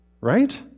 Right